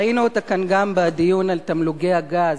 ראינו אותה, למשל, בדיון על תמלוגי הגז.